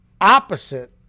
opposite